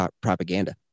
propaganda